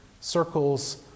Circles